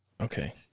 Okay